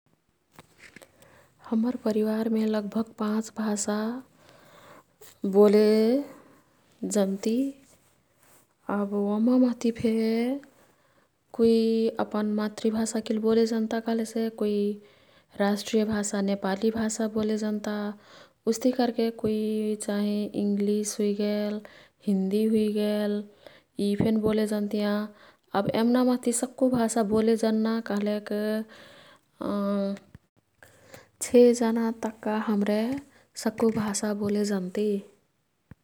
हम्मर परिवारमे लगभग पाँच भाषा बोले जन्ति। अब ओह्म मह्तीफे कुई अपन मातृभाषा किल बोले जन्ता कह्लेसे कुई राष्ट्रिय भाषा नेपाली भाषा बोले जन्ता। उस्तिही कर्के कुई चाहिँ इंग्लिस हुइगेल, हिन्दी हुइगेल यी फेन बोले जन्तियाँ। अब येम्ना मह्ती सक्कु भाषा बोले जन्ना कह्लेक ६ जना तक्का हमरे सक्कु भाषा बोले जन्ति।